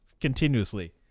continuously